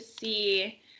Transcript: see